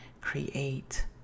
create